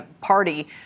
party